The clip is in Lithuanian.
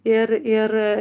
ir ir